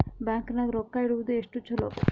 Bank ನಾಗ ರೊಕ್ಕ ಇಡುವುದು ಎಷ್ಟು ಚಲೋ?